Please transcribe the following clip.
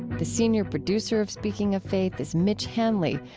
the senior producer of speaking of faith is mitch hanley,